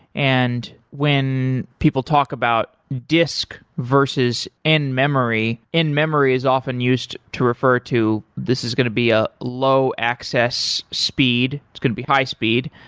and when people talk about disk versus in-memory, in-memory is often used to refer to this is going to be a low access speed. it's going to be high-speed,